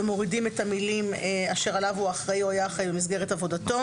ומורידים את המילים "אשר עליו הוא אחראי או היה אחראי במסגרת עבודתו"